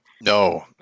no